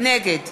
נגד